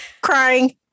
Crying